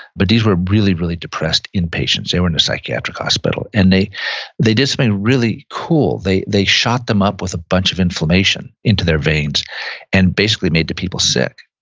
but these were really, really depressed inpatients. they were in the psychiatric hospital and they and they did something really cool, they they shot them up with a bunch of inflammation into their veins and basically made the people sick,